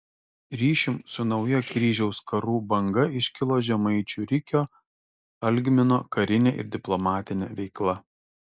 ryšium su nauja kryžiaus karų banga iškilo žemaičių rikio algmino karinė ir diplomatinė veikla